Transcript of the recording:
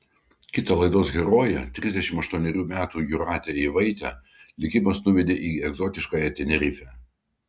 kitą laidos heroję trisdešimt aštuonerių jūratę eivaitę likimas nuvedė į egzotiškąją tenerifę